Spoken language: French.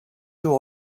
tour